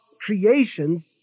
creations